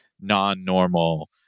non-normal